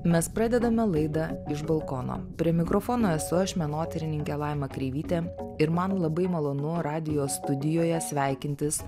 mes pradedame laidą iš balkono prie mikrofono esu aš menotyrininkė laima kreivytė ir man labai malonu radijo studijoje sveikintis